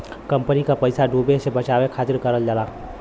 company क पइसा डूबे से बचावे खातिर करल जाला